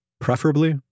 preferably